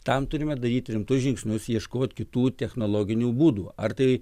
tam turime daryti rimtus žingsnius ieškot kitų technologinių būdų ar tai